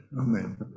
Amen